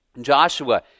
Joshua